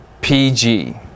PG